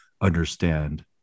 understand